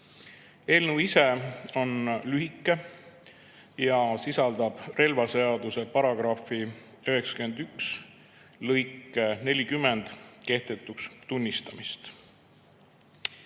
Eelnõu ise on lühike ja sisaldab relvaseaduse § 91 lõike 40 kehtetuks tunnistamist.